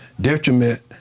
detriment